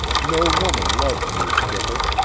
no woman loves me, skipper.